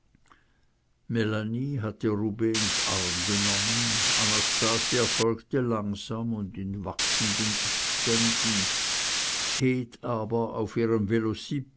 hatte rubehns arm genommen anastasia folgte langsam und in wachsenden abständen heth aber auf ihrem